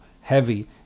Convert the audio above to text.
heavy